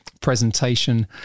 presentation